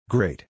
Great